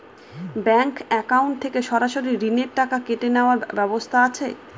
Bank account থেকে সরাসরি ঋণের টাকা কেটে নেওয়ার ব্যবস্থা আছে?